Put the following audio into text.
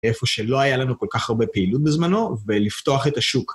איפה שלא היה לנו כל כך הרבה פעילות בזמנו, ולפתוח את השוק.